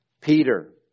Peter